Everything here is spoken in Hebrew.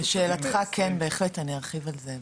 לשאלתך כן בהחלט, אני ארחיב על זה בהמשך,